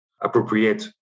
appropriate